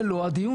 זה לא הדיון,